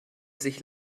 sich